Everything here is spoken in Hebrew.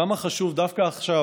וכמה חשוב דווקא עכשיו,